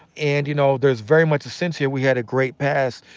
and you know, there's very much a sense here we had a great past,